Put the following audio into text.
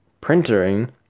printing